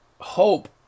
Hope